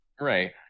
Right